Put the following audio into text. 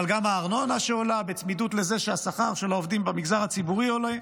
אבל גם הארנונה שעולה בצמידות לזה שהשכר של העובדים במגזר הציבורי עולה,